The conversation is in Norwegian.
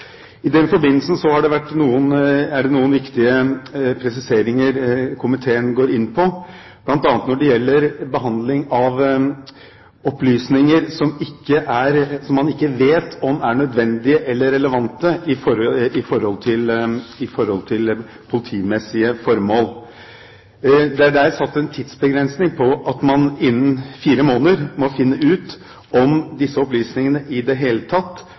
er det noen viktige presiseringer komiteen går inn på, bl.a. når det gjelder behandling av opplysninger som man ikke vet om er nødvendige eller relevante for politimessige formål. Det er der satt en tidsbegrensning på at man innen fire måneder må finne ut om disse opplysningene i det hele tatt